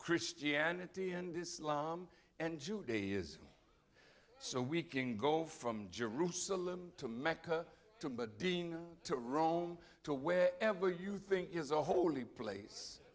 christianity and islam and judaism so we can go from jerusalem to mecca medina to rome to where ever you think is a holy place